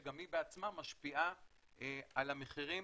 שגם היא בעצמה משפיעה על המחירים.